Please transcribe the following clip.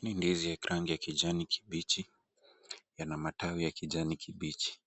Hii ndizi ni ya rangi ya kijani kibichi yana matawi ya kijani kibichi